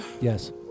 Yes